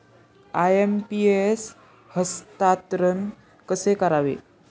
IMPS हस्तांतरण कसे करावे?